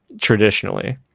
traditionally